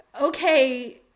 okay